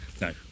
no